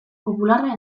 popularra